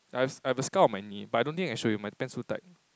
I have I have a scar on my knee but I don't think I can show you my pants so tight